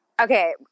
Okay